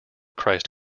christ